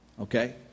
Okay